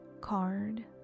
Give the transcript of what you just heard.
card